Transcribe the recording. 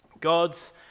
God's